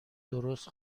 درست